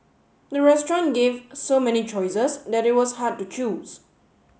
the restaurant gave so many choices that it was hard to choose